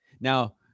Now